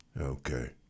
Okay